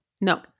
No